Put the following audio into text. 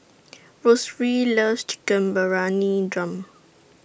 loves Chicken Briyani Dum